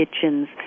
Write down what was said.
kitchens